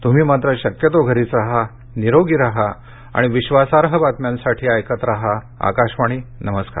तुम्ही मात्र शक्यतो घरीच राहा निरोगी राहा आणि विश्वासार्ह बातम्यांसाठी ऐकत राहा आकाशवाणी नमस्कार